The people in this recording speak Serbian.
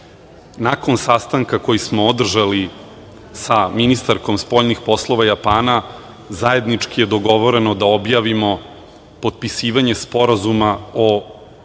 Nakon sastanka koji smo održali sa ministarkom spoljnih poslova Japana, zajednički je dogovoreno da objavimo potpisivanje sporazuma o